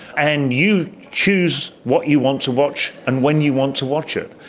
and you choose what you want to watch and when you want to watch it.